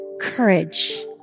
courage